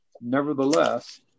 Nevertheless